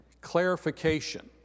clarification